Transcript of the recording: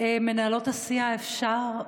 מנהלות הסיעה, אפשר?